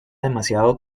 demasiado